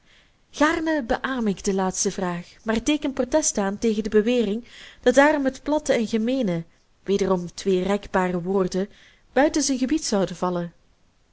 gaarne beaam ik de laatste vraag maar teeken protest aan tegen de bewering dat daarom het platte en gemeene wederom twee rekbare woorden buiten zijn gebied zouden vallen